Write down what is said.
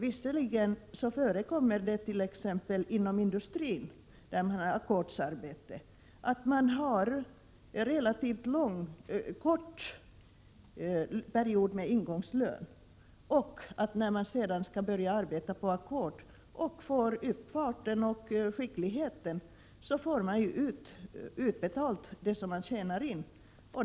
Visserligen förekommer det inom t.ex. industrin, där ackordsarbete tillämpas, att man efter en relativt kort period med ingångslön och efter att ha fått upp farten och skickligheten sedan övergår till ackord och får ut lön enligt det ackord man har uppnått.